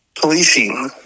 policing